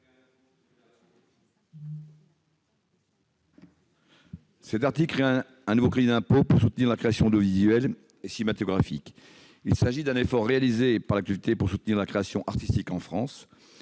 L'article 17 crée un nouveau crédit d'impôt pour soutenir la création audiovisuelle et cinématographique. Il s'agit d'un effort réalisé par la collectivité pour soutenir la création artistique en France.